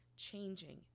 changing